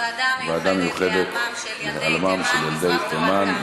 הוועדה המיוחדת להיעלמם של ילדי תימן,